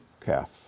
calf